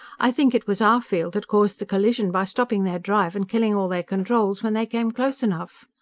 i think it was our field that caused the collision by stopping their drive and killing all their controls when they came close enough.